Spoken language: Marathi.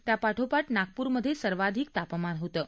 त्यापाठोपाठ नागपूरमध्ये सर्वाधिक तापमान होतं